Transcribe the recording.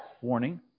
warning